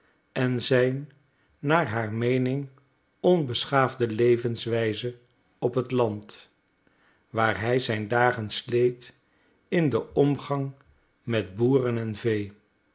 en zijn naar haar meening onbeschaafde levenswijze op het land waar hij zijn dagen sleet in den omgang met boeren en vee